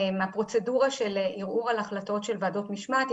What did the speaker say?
הפרוצדורה של ערעור החלטות של ועדות משמעת,